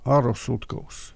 aro sutkaus